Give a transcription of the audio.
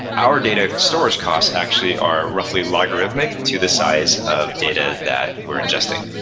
our data storage cost actually are roughly logarithmic to the size of data that we're ingesting.